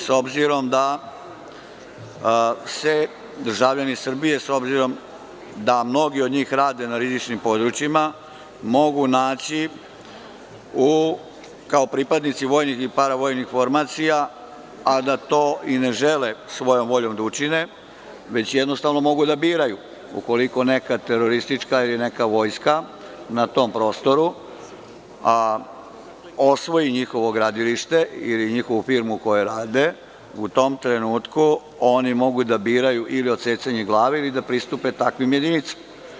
S obzirom da mnogidržavljani Srbije rade na rizičnim područjima, mogu se naći kao pripadnici vojnih i paravojnih formacija, a da to ne žele svojom voljom da učine, već jednostavno mogu da biraju, ukoliko neka teroristička ili neka vojska na tom prostoru osvoji njihovo gradilište ili njihovu firmu u kojoj rade, u tom trenutku oni mogu da biraju ili odsecanje glave ili da pristupe takvim jedinicama.